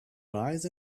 rise